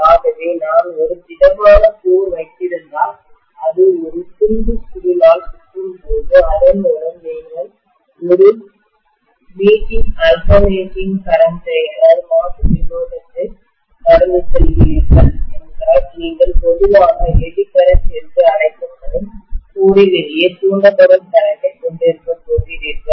ஆகவே நான் ஒரு திடமான கோர் வைத்திருந்தால் அது ஒரு துண்டு சுருள் ஆல் சுற்றும்போது அதன் மூலம் நீங்கள் ஒரு அல்டர்நேட்டிங் கரண்ட் ஐமாற்று மின்னோட்டத்தை கடந்து செல்கிறீர்கள் என்றால் நீங்கள் பொதுவாக எடி கரண்ட் என்று அழைக்கப்படும் கோரிலேயே தூண்டப்படும் கரண்ட்டை கொண்டிருக்கப் போகிறீர்கள்